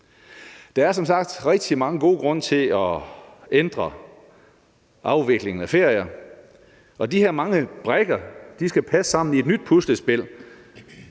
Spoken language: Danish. sagt rigtig mange gode grunde til at ændre afviklingen af ferier, og de her mange brikker skal passe sammen i et nyt puslespil,